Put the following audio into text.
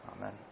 Amen